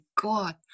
God